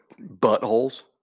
buttholes